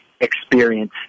experience